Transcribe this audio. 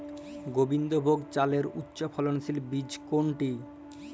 গোবিন্দভোগ চালের উচ্চফলনশীল বীজ কোনটি?